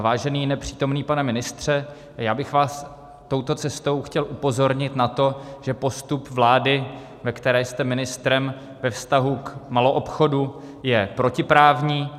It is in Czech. Vážený nepřítomný pane ministře, já bych vás touto cestou chtěl upozornit na to, že postup vlády, ve které jste ministrem, ve vztahu k maloobchodu je protiprávní.